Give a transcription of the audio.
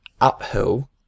uphill